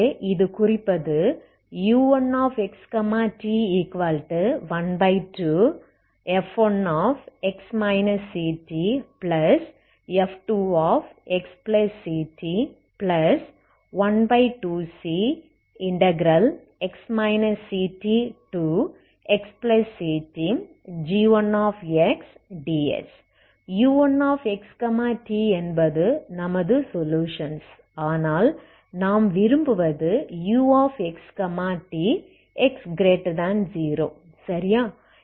ஆகவே இது குறிப்பது u1xt12f1x ctf1xct12cx ctxctg1sds u1xt என்பது நமது சொலுஷன்ஸ் ஆனால் நாம் விரும்புவது uxtx0 சரியா